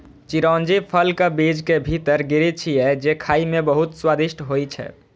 चिरौंजी फलक बीज के भीतर गिरी छियै, जे खाइ मे बहुत स्वादिष्ट होइ छै